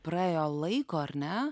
praėjo laiko ar ne